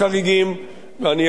ואני יכול לתאר לעצמי,